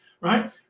right